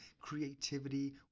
creativity